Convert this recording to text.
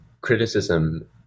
criticism